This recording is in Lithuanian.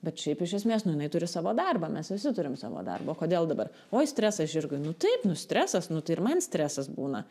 bet šiaip iš esmės nu jinai turi savo darbą mes visi turim savo darbą o kodėl dabar oi stresas žirgai nu taip nu stresas nu tai ir man stresas būna